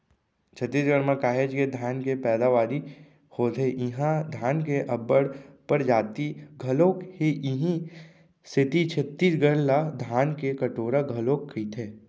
छत्तीसगढ़ म काहेच के धान के पैदावारी होथे इहां धान के अब्बड़ परजाति घलौ हे इहीं सेती छत्तीसगढ़ ला धान के कटोरा घलोक कइथें